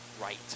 right